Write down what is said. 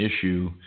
issue